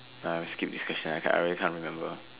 uh skip this question I can't I really can't remember